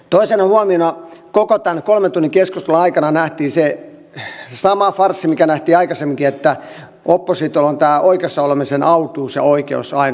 toisena huomiona koko tämän kolmen tunnin keskustelun aikana nähtiin se sama farssi mikä nähtiin aikaisemminkin että oppositiolla on tämä oikeassa olemisen autuus ja oikeus ainoastaan olemassa